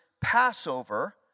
Passover